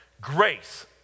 Grace